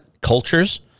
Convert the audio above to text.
cultures